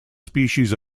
species